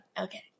Okay